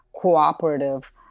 cooperative